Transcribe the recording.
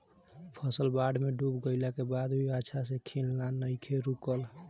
फसल बाढ़ में डूब गइला के बाद भी अच्छा से खिलना नइखे रुकल